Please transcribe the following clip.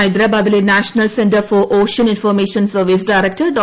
ഹൈദരാബാദിലെ national centre for ocean information service director Dr